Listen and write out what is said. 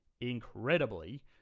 incredibly